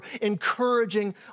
encouraging